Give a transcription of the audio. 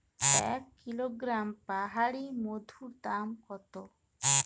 এক কিলোগ্রাম পাহাড়ী মধুর দাম কত?